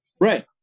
right